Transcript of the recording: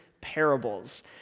parables